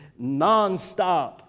nonstop